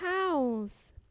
house